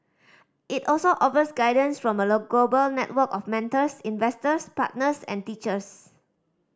it also offers guidance from a global network of mentors investors partners and teachers